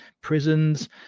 prisons